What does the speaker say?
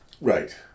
Right